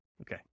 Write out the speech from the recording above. Okay